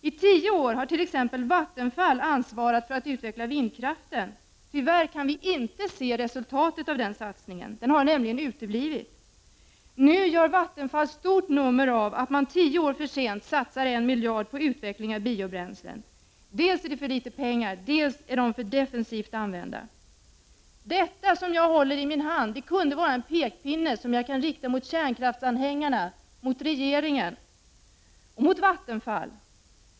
Vattenfall har t.ex. i tio år ansvarat för att utveckla vindkraften. Tyvärr kan vi inte se resultatet av den satsningen — det har nämligen uteblivit. Nu gör Vattenfall ett stort nummer av att man tio år försent satsar 1 miljard på utveckling av biobränslen. Men dels är det fråga om för litet pengar, dels är de för defensivt använda. Det som jag nu håller i min hand kunde vara en pekpinne riktad mot kärnkraftsanhängarna, regeringen och Vattenfall.